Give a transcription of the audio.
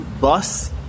bus